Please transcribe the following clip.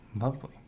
Lovely